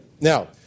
Now